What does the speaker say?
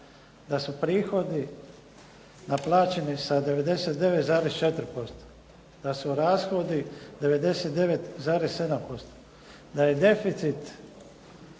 da su prihodi naplaćeni sa 99,4%, da su rashodi 99,7%, da je deficit